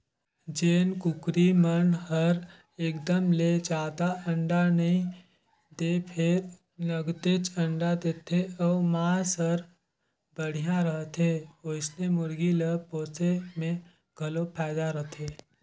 जेन कुकरी मन हर एकदम ले जादा अंडा नइ दें फेर नगदेच अंडा देथे अउ मांस हर बड़िहा रहथे ओइसने मुरगी ल पोसे में घलो फायदा रथे